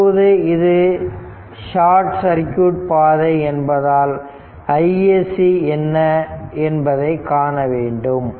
இப்போது இது short circuit பாதை என்பதால் isc என்ன என்பதை காண வேண்டும்